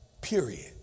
Period